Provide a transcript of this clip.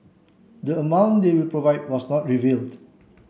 the amount they will provide was not revealed